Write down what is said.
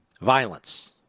Violence